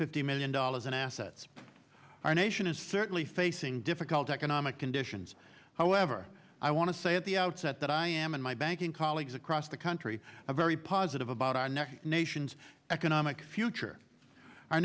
fifty million dollars in assets our nation is certainly facing difficult economic conditions however i want to say at the outset that i am in my banking colleagues across the country a very positive about our next nation's economic future our